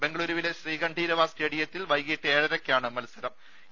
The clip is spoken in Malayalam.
ബംഗളൂരുവിലെ ശ്രീകണ്ഠിരവ സ്റ്റേഡിയത്തിൽ വൈകീട്ട് ഏഴരക്കാണ് മത്സരം